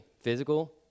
physical